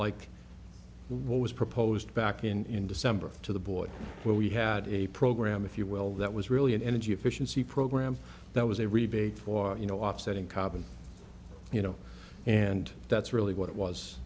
like what was proposed back in december to the board where we had a program if you will that was really an energy efficiency program that was a rebate for you know offsetting carbon you know and that's really what it was